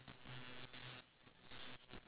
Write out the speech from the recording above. what's the most memorable meal